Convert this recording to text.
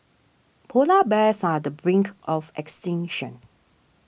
Polar Bears are the brink of extinction